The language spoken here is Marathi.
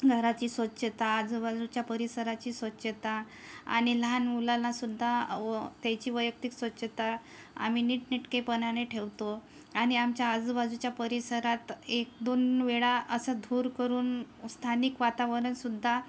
घराची स्वच्छता आजूबाजूच्या परिसराची स्वच्छता आणि लहान मुलांनासुद्धा व त्याची वैयक्तिक स्वच्छता आम्ही नीटनेटकेपणाने ठेवतो आणि आमच्या आजूबाजूच्या परिसरात एकदोन वेळा असा धूर करून स्थानिक वातावरणसुद्धा